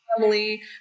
family